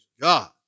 God